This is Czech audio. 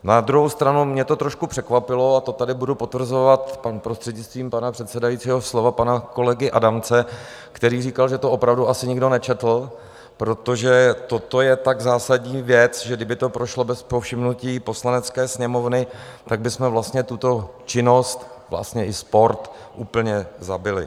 Na druhou stranu mě trošku překvapilo a to tady budu potvrzovat, prostřednictvím pana předsedajícího, slova pana kolegy Adamce, který říkal, že to opravdu asi nikdo nečetl protože toto je tak zásadní věc, že kdyby to prošlo bez povšimnutí Poslanecké sněmovny, tak bychom vlastně tuto činnost, vlastně i sport, úplně zabili.